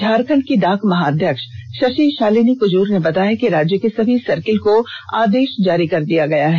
झारखण्ड की डाक महाअध्यक्ष षषि षालिनी कुजूर ने बताया कि राज्य के सभी सर्किल को आदेष जारी कर दिया गया है